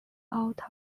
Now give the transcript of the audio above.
out